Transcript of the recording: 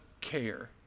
care